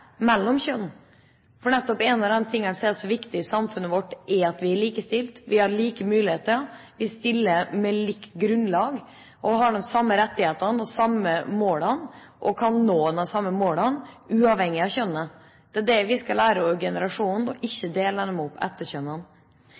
kjønn. For en av de tingene som er så viktig i samfunnet vårt, er nettopp at vi er likestilt, at vi har like muligheter, at vi stiller på lik linje og har de samme rettighetene og samme målene, og kan nå de samme målene uavhengig av kjønn. Det er det vi skal lære generasjonene, og vi skal ikke dele inn elevene etter